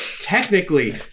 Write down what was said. technically